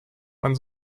man